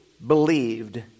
believed